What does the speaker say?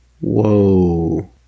Whoa